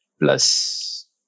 Plus